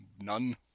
none